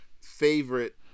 favorite